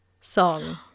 song